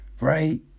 right